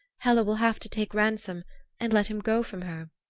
hela will have to take ransom and let him go from her,